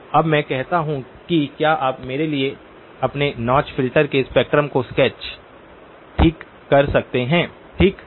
तो अब मैं कहता हूँ कि क्या आप मेरे लिए अपने नौच फिल्टर के स्पेक्ट्रम को स्केच ठीक कर सकते हैं ठीक